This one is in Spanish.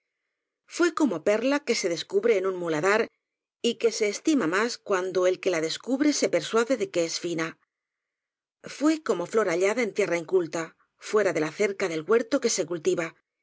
fué como perla que se descubre en un muladar y que se estima más cuando el que la descubre se persuade de que es fina fué como flor hallada en tierra inculta fuera de la cerca del huerto que se cultiva